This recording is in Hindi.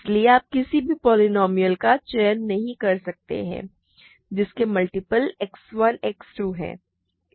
इसलिए आप किसी भी पोलीनोमिअल का चयन नहीं कर सकते हैं जिसके मल्टीपल X 1 X 2 है